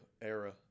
era